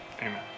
Amen